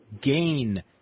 gain